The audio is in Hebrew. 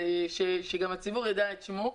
ומגיע לך שהציבור ידע את השם שלך,